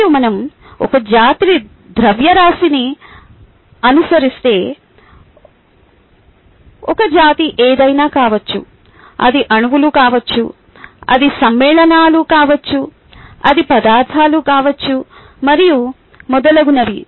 మరియు మనం ఒక జాతి ద్రవ్యరాశిని అనుసరిస్తే ఒక జాతి ఏదైనా కావచ్చు అది అణువులు కావచ్చు అది సమ్మేళనాలు కావచ్చు అది పదార్థాలు కావచ్చు మరియు మొదలగునవి